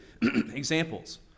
examples